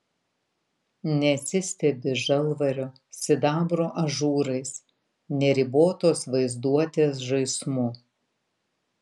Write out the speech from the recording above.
neatsistebi žalvario sidabro ažūrais neribotos vaizduotės žaismu